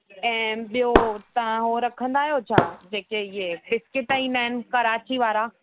ऐं ॿियो तव्हां उहो रखंदा आहियो छा जेके इहे बिस्किट ईंदा आहिनि कराची वारा